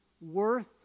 worth